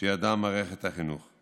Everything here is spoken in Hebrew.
שידעה מערכת החינוך.